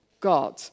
God